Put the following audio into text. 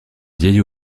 vieil